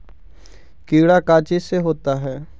कीड़ा का चीज से होता है?